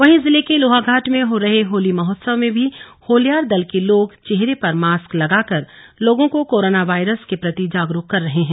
वहीं जिले के लोहाघाट में हो रहे होली महोत्सव में भी होल्यार दल के लोग चेहरे पर मास्क लगाकर लोगों को कोरोना वायरस के प्रति जागरूक कर रहे हैं